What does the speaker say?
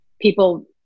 people